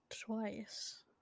twice